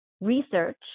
research